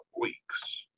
weeks